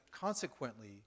Consequently